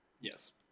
Yes